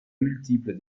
multiple